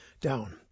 down